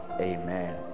amen